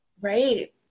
Right